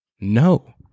no